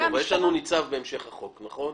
יש לנו ניצב בהמשך החוק, נכון?